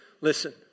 Listen